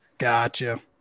Gotcha